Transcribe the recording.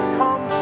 come